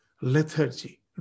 lethargy